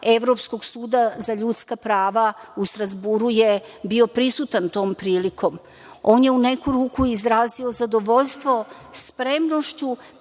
Evropskog suda za ljudska prava u Strazburu, je bio prisutan tom prilikom. On je u neku ruku izrazio zadovoljstvo spremnošću,